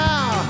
Now